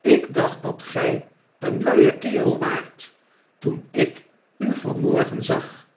ik dacht dat gg een luie kerelwaart toen ik u van morgen zag